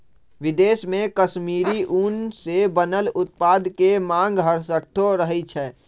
विदेश में कश्मीरी ऊन से बनल उत्पाद के मांग हरसठ्ठो रहइ छै